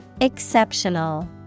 Exceptional